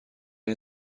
این